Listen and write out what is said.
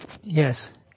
Yes